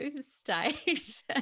stage